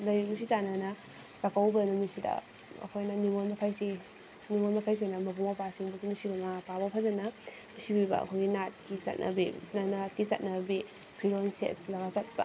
ꯂꯩ ꯅꯨꯡꯁꯤ ꯆꯥꯟꯅꯅ ꯆꯥꯛꯀꯧꯕ ꯅꯨꯃꯤꯠꯁꯤꯗ ꯑꯩꯈꯣꯏꯅ ꯅꯤꯡꯉꯣꯜ ꯃꯈꯩꯁꯤ ꯅꯤꯡꯉꯣꯜ ꯃꯈꯩꯁꯤꯅ ꯃꯕꯨꯡ ꯃꯧꯄ꯭ꯋꯥꯁꯤꯡꯕꯨ ꯅꯨꯡꯁꯤꯅ ꯃꯃꯥ ꯃꯄꯥꯕꯨ ꯐꯖꯅ ꯅꯨꯡꯁꯤꯕꯤꯕ ꯑꯩꯈꯣꯏ ꯅꯥꯠꯀꯤ ꯆꯠꯅꯕꯤ ꯑꯩꯈꯣꯏꯒꯤ ꯅꯥꯠꯀꯤ ꯆꯠꯅꯕꯤ ꯐꯤꯔꯣꯜ ꯁꯦꯠꯂꯒ ꯆꯠꯄ